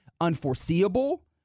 unforeseeable